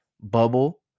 bubble